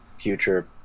future